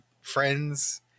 friends